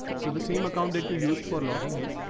so the same account that you used for logging in.